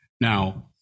now